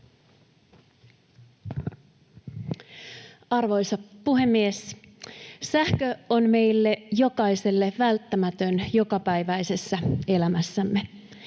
Arvoisa puhemies! Sähkö on meille jokaiselle välttämätön jokapäiväisessä elämässämme.